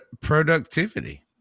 productivity